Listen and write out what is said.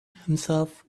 himself